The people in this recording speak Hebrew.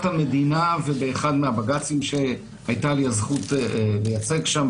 המדינה ובאחד מהבג"צים שהייתה לי הזכות לייצג שם,